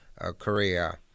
Korea